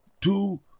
two